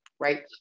right